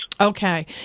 Okay